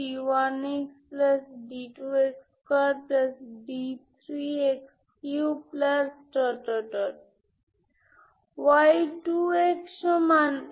তার মানে এই কনভারজেন্স মানে আমিm→∞ 11n1mCnPnx fx2dx0 নিতে পারি এর মানে হল ইস্কোয়ার ইন্টিগ্রেবল অর্থ গড়ে এটি f এ রূপান্তরিত হয়